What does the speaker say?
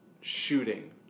shooting